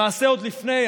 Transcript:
למעשה עוד לפני,